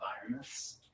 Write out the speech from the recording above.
environments